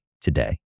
today